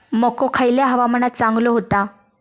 मको खयल्या हवामानात चांगलो होता?